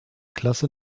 klasse